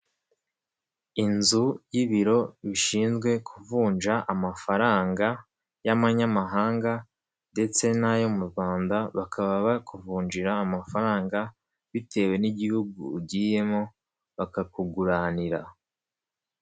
Inzu y'ibiro bishinzwe kuvunja amafaranga y'amanyamahanga ndetse n'ayo mu Rwanda, bakaba bakuvunjira amafaranga bitewe n'igihugu ugiyemo bakakuguranira.